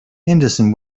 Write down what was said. henderson